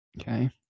Okay